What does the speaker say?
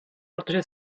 protože